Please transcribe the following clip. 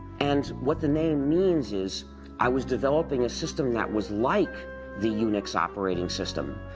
and what the name means is i was developing a system that was like the unix operating system,